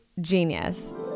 genius